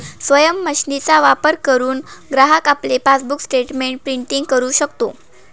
स्वयम मशीनचा वापर करुन ग्राहक आपले पासबुक स्टेटमेंट प्रिंटिंग करु शकतो